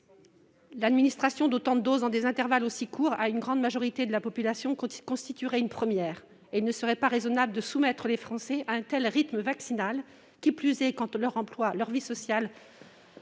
L'administration d'autant de doses, dans des intervalles aussi courts, à une grande majorité de la population, constituerait une première. Il ne serait pas raisonnable de soumettre les Français à un tel rythme vaccinal, qui plus est quand leur emploi et leur vie sociale,